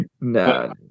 No